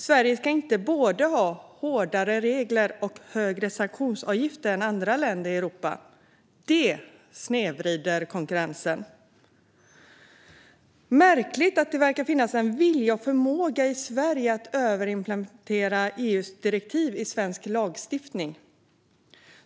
Sverige ska inte ha både hårdare regler och högre sanktionsavgifter än andra länder i Europa. Det snedvrider konkurrensen. Det är märkligt att det verkar finnas en vilja och förmåga i Sverige att överimplementera EU:s direktiv i svensk lagstiftning.